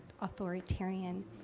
authoritarian